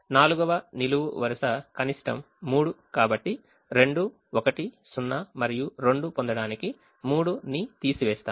4వ నిలువు వరుస కనిష్టం 3 కాబట్టి 2 1 0 మరియు 2 పొందడానికి 3 ని తీసివేస్తాము